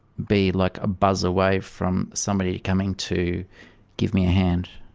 be like a buzz away from somebody coming to give me a hand.